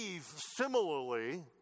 similarly